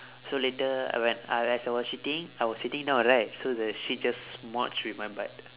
so later I when I as I was shitting I was sitting down right so the shit just smudged with my butt